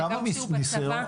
גם כשהוא בצבא?